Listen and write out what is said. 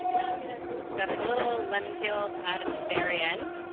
and i'm going to zest a little ah lemon peel to add at the very end.